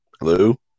Hello